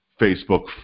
Facebook